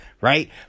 Right